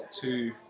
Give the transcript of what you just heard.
two